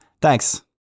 Thanks